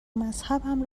مذهبم